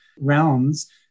realms